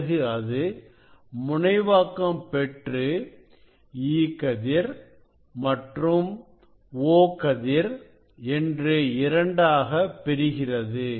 பிறகு அது முனைவாக்கம் பெற்று E கதிர் மற்றும் O கதிர் என்று இரண்டாக பிரிகிறது